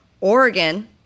Oregon